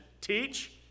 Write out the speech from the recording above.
teach